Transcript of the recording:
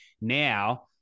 now